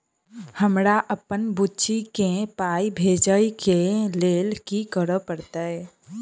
हमरा अप्पन बुची केँ पाई भेजइ केँ लेल की करऽ पड़त?